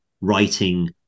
writing